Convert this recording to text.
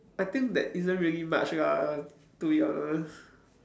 I think there isn't really much lah to be honest